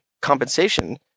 compensation